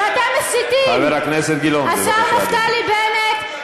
השר נפתלי בנט,